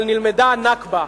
אבל נלמדה ה"נכבה".